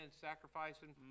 sacrificing